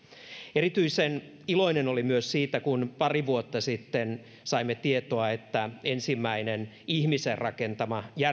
erityisen iloinen olin myös siitä kun pari vuotta sitten saimme tietoa että ensimmäinen ihmisen rakentama